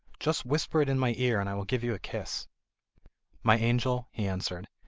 just whisper it in my ear, and i will give you a kiss my angel he answered,